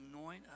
anoint